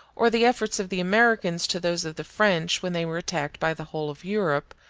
or the efforts of the americans to those of the french when they were attacked by the whole of europe,